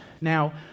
now